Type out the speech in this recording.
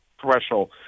threshold